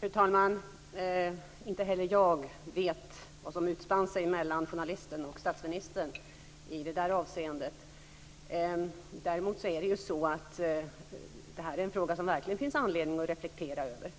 Fru talman! Inte heller jag vet vad som utspann sig mellan journalisten och statsministern i det avseendet. Detta är en fråga som det verkligen finns anledning att reflektera över.